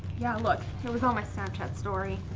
yeah look, it was on my snapchat story.